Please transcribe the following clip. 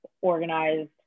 organized